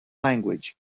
language